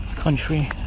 country